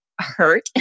hurt